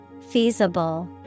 Feasible